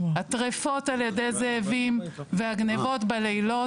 הטריפות על ידי זאבים והגניבות בלילות,